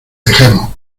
dejemos